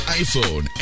iPhone